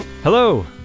Hello